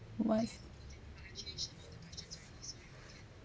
why